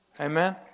Amen